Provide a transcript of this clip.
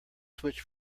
switch